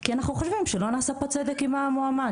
כי אנחנו חושבים שלא נעשה פה צדק עם המועמד,